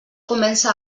comença